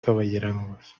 caballerangos